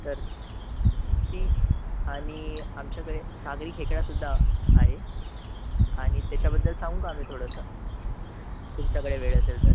तर ती आणि आमच्याकडे सागरी खेकडासुद्धा आहे आणि त्याच्याबद्दल सांगू का मी थोडंसं तुमच्याकडे वेळ असेल तर